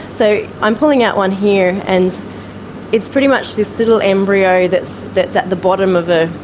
so i'm pulling out one here and it's pretty much this little embryo that's that's at the bottom of a